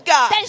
God